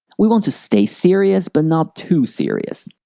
we want to stay serious, but not too serious.